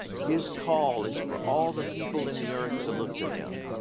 his call is for all the people in the earth to look to him.